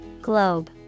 Globe